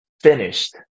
finished